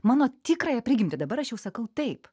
mano tikrąją prigimtį dabar aš jau sakau taip